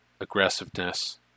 aggressiveness